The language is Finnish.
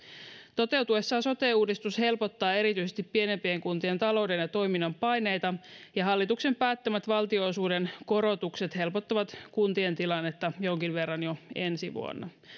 toteutuessaan sote uudistus helpottaa erityisesti pienempien kuntien talouden ja toiminnan paineita ja hallituksen päättämät valtionosuuden korotukset helpottavat kuntien tilannetta jonkin verran jo ensi vuonna